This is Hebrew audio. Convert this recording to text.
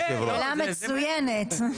שאלה מצוינת.